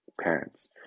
parents